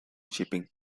shipping